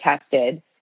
tested